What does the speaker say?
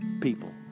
People